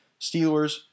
Steelers